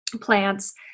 plants